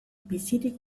bizirik